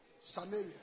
Samaria